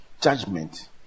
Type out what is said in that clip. Judgment